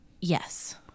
Yes